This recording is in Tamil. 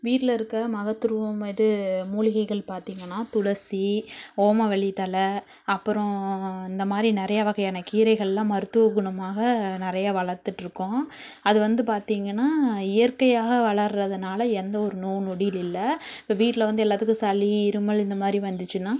வீட்டில் இருக்க மகத்துவம் எது மூலிகைகள் பார்த்திங்கன்னா துளசி ஓமவல்லித்தழை அப்பறம் இந்த மாதிரி நிறையா வகையான கீரைகள்லாம் மருத்துவ குணமாக நிறையா வளர்த்துட்ருக்கோம் அது வந்து பார்த்திங்கன்னா இயற்கையாக வளர்றதுனால் எந்த ஒரு நோய் நொடி இல்லை இப்போ வீட்டில் வந்து எல்லாத்துக்கும் சளி இருமல் இந்த மாதிரி வந்துச்சின்னா